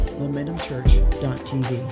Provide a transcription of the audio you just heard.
momentumchurch.tv